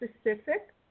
specific